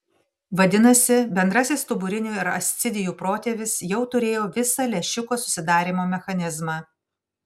vadinasi bendrasis stuburinių ir ascidijų protėvis jau turėjo visą lęšiuko susidarymo mechanizmą